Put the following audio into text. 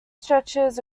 stretches